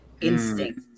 instinct